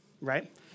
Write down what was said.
Right